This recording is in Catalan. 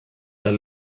del